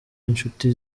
inshuti